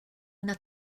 una